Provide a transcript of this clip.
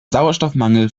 sauerstoffmangel